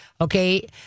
Okay